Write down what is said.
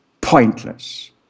pointless